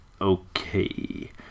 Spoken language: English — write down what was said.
Okay